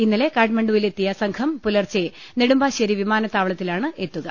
ഇന്നലെ കാഠ്മ ണ്ഡുവിലെത്തിയ സംഘം പുലർച്ചെ നെടുമ്പാശ്ശേരി വിമാനത്താവളത്തി ലാണ് എത്തുക